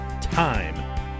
time